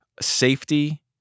safety